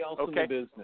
Okay